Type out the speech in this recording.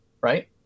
right